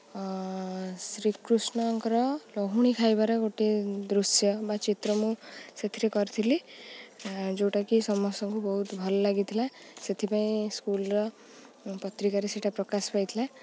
ଶ୍ରୀକୃଷ୍ଣଙ୍କର ଲହୁଣୀ ଖାଇବାର ଗୋଟେ ଦୃଶ୍ୟ ବା ଚିତ୍ର ମୁଁ ସେଥିରେ କରିଥିଲି ଯେଉଁଟାକି ସମସ୍ତଙ୍କୁ ବହୁତ ଭଲ ଲାଗିଥିଲା ସେଥିପାଇଁ ସ୍କୁଲ୍ର ପତ୍ରିକାରେ ସେଇଟା ପ୍ରକାଶ ପାଇଥିଲା